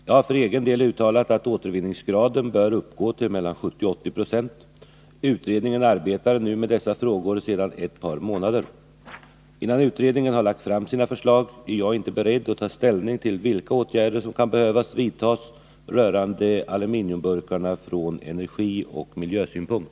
Jag har för egen del uttalat att återvinningsgraden bör uppgå till mellan 70 och 80 96. Utredningen arbetar nu med dessa frågor sedan ett par månader. Innan utredningen har lagt fram sina förslag är jag inte beredd att ta ställning till vilka åtgärder som kan behöva vidtas rörande aluminiumburkarna från energioch miljösynpunkt.